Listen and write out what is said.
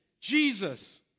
Jesus